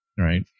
Right